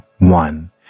one